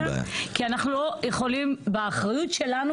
כי אנחנו לא יכולים באחריות שלנו